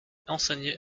enseigné